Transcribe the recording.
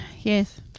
yes